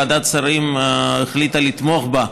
ועדת השרים החליטה לתמוך בה,